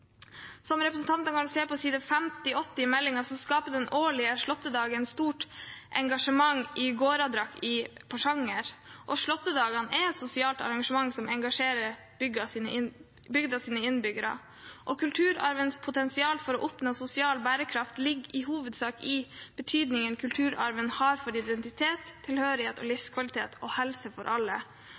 Som representantene kan se på side 58 i meldingen, skaper den årlige slåttedagen stort engasjement i Gåradak i Porsanger, og slåttedagene er et sosialt arrangement som engasjerer bygdas innbyggere. Kulturarvens potensial for å oppnå sosial bærekraft ligger i hovedsak i betydningen kulturarven har for identitet, tilhørighet, livskvalitet og helse for alle.